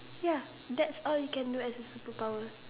ya that's all you can do as a superpower